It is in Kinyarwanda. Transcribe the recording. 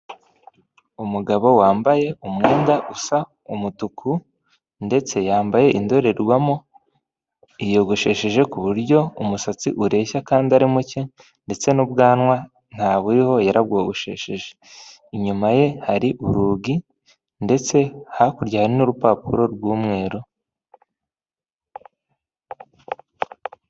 Umugabo wambaye umwenda usa umutuku ndetse yambaye indorerwamo, yiyogoshesheje ku buryo umusatsi ureshya kandi ari muke ndetse n'ubwanwa ntaburiho yarabwogoshesheje, inyuma ye hari urugi ndetse hakurya hari n'urupapuro rw'umweru.